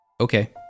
Okay